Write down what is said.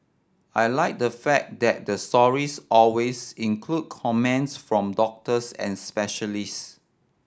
I like the fact that the stories always include comments from doctors and specialist